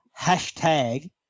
hashtag